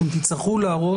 אתם תצטרכו להראות,